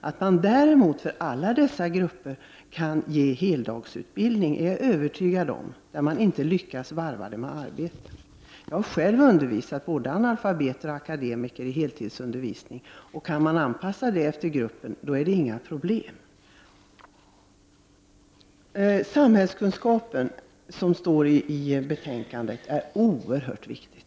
Jag är övertygad om att det går att ge heldagsutbildning för alla dessa grupper, när det inte går att varva utbildningen med arbete. Jag har själv undervisat både analfabeter och akademiker i heltidsundervisning. Går det att anpassa undervisningen efter gruppens sammansättning blir det inga problem. Som det framgår av betänkandet är samhällskunskapen oerhört viktig.